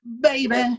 baby